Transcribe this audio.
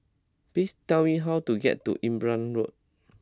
please tell me how to get to Imbiah Road